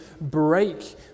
break